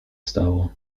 stało